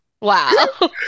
Wow